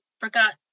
forgot